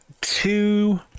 two